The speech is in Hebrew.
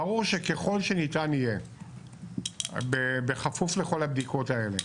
ברור שככל שניתן יהיה בכפוף לכל הבדיקות האלה